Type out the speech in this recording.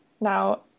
Now